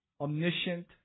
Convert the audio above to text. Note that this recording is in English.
omniscient